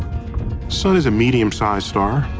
sun is a medium-sized star,